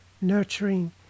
nurturing